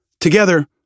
Together